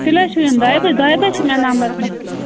تیٚلہِ حظ چھُو یُن دۄیہِ بَجہ دۄیہِ بَجہ چھِ مےٚ نمبَر تَتھ